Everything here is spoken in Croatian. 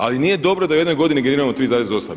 Ali nije dobro da u jednoj godini generiramo 3,8.